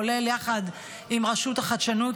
כולל יחד עם רשות החדשנות,